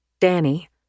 Danny